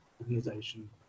organization